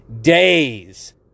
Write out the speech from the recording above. days